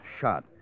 shot